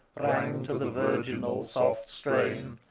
rang to the virginal soft strain,